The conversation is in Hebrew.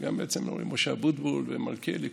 וגם את משה אבוטבול ומלכיאלי,